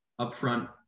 upfront